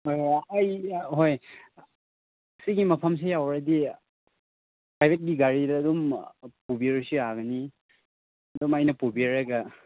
ꯑꯩ ꯍꯣꯏ ꯁꯤꯒꯤ ꯃꯐꯝꯁꯦ ꯌꯧꯔꯗꯤ ꯄ꯭ꯔꯥꯏꯕꯦꯠꯀꯤ ꯒꯥꯔꯤꯗ ꯑꯗꯨꯝ ꯄꯨꯕꯤꯔꯁꯨ ꯌꯥꯒꯅꯤ ꯑꯗꯨꯝ ꯑꯩꯅ ꯄꯨꯕꯤꯔꯒ